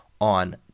on